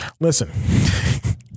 Listen